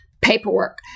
paperwork